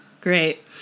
great